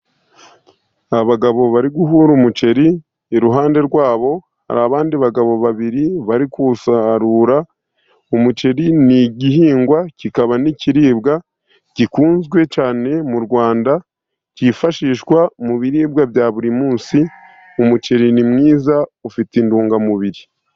Abagabo bari guhura umuceri iruhande rwabo hari abandi bagabo babiri bari kuwusarura. Umuceri n'igihingwa kikaba n'ikiribwa gikunzwe cyane mu Rwanda, cyifashishwa mu biribwa bya buri munsi. umuceri ni mwiza ufite intungamubiri.